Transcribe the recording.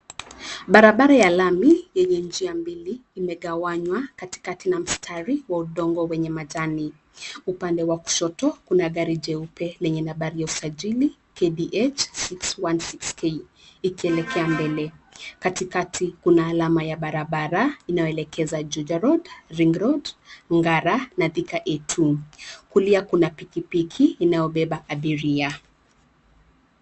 Barabara ya lami yenye njia mbili imegawanywa katikati na mstari wa udongo wenye majani. Upande wa kushoto kuna gari jeupe lenye nambari ya usajili KDH 616K ikielekea mbele. Katikati kuna alama ya barabara inayoelekeza Juja road Ring road Ngara na ThikaA2. Kulia kuna pikipiki inayobeba abiria.